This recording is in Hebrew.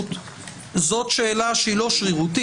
לא יודע.